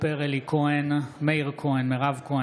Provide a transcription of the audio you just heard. אינו נוכח מירב בן